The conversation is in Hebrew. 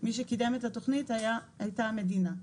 מי שקידם את התוכנית זה הייתה המדינה.